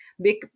big